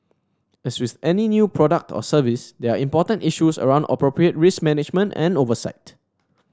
as with any new product or service there are important issues around appropriate risk management and oversight